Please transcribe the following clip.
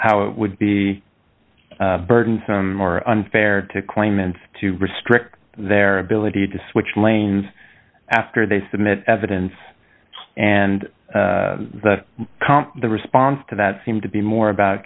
how it would be burdensome or unfair to claimants to restrict their ability to switch lanes after they submit evidence and the comp the response to that seems to be more about